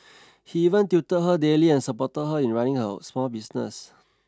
he even tutored her daily and supported her in running her small business